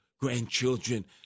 grandchildren